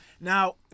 Now